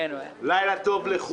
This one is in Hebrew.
בוקר טוב.